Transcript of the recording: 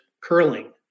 curling